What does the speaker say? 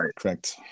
correct